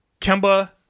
Kemba